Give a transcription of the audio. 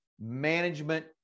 management